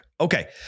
Okay